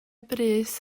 brys